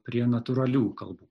prie natūraliųjų kalbų